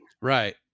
right